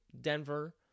Denver